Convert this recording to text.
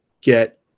get